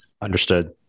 Understood